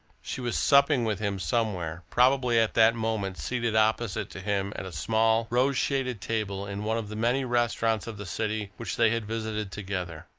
she was supping with him somewhere probably at that moment seated opposite to him at a small, rose-shaded table in one of the many restaurants of the city which they had visited together.